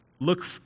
look